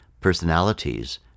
personalities